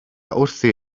wrthi